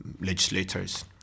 legislators